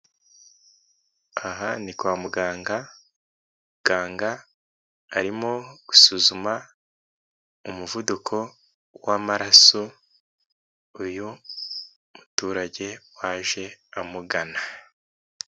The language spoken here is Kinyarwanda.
Aha ni kwa muganga muganga arimo gusuzuma umuvuduko w'amaraso, uyu muturage waje amugana.